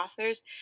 authors